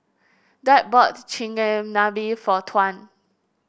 Dwight bought Chigenabe for Tuan